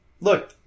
Look